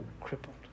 crippled